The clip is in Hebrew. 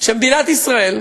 שמדינת ישראל,